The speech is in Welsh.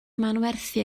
manwerthu